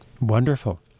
Wonderful